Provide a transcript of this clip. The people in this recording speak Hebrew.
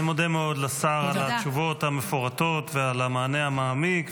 אני מודה מאוד לשר על התשובות המפורטות ועל המענה המעמיק,